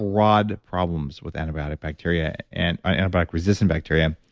broad problems with antibiotic bacteria and antibiotic resistant bacteria,